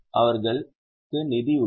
அவர்களுக்கு நிதி உள்ளது